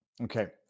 Okay